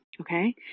okay